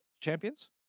champions